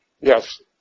Yes